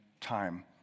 time